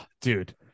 dude